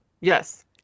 Yes